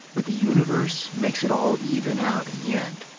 but the universe makes it all even out in the end.